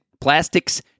plastics